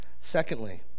Secondly